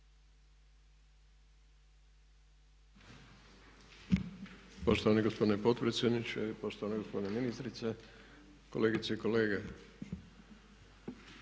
Poštovani gospodine potpredsjedniče, poštovana gospođo ministrice, kolegice i kolege.